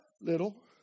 little